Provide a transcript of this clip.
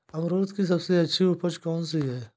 अमरूद की सबसे अच्छी उपज कौन सी है?